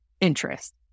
interest